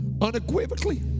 unequivocally